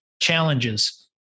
challenges